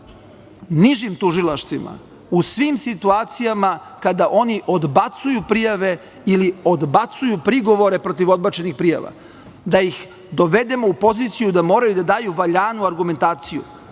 nižim tužilaštvima u svim situacijama kada oni odbacuju prijave ili odbacuju prigovore protiv odbačenih prijava, da ih dovedemo u poziciju da moraju da daju valjanu argumentaciju,